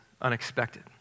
unexpected